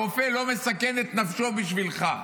הרופא לא מסכן את נפשו בשבילך.